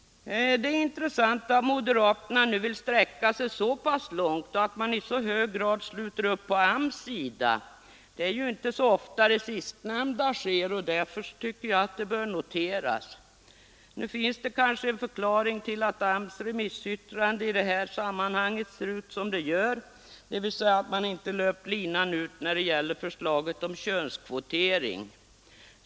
Det är intressant att moderaterna nu vill sträcka sig så pass långt och att man i så hög grad sluter upp på AMS:s sida. Det är inte så ofta det sistnämnda sker, och därför tycker jag att det bör noteras. Nu finns det kanske en förklaring till att AMS:s remissyttrande i det här sammanhanget ser ut som det gör, dvs. att man inte löpt linan ut när det gäller förslaget om könskvotering.